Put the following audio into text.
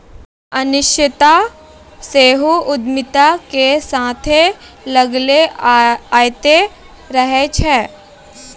अनिश्चितता सेहो उद्यमिता के साथे लागले अयतें रहै छै